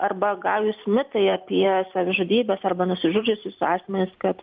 arba gajūs mitai apie savižudybes arba nusižudžiusius asmenis kad